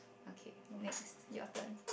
okay next your turn